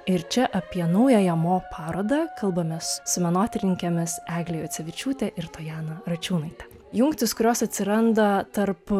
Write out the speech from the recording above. ir čia apie naująją mo parodą kalbamės su menotyrininkėmis egle juocevičiūte ir tojana račiūnaite jungtys kurios atsiranda tarp